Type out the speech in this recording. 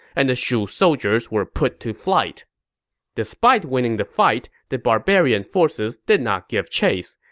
and the shu soldiers were put to flight despite winning the fight, the barbarian forces did not give chase.